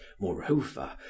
Moreover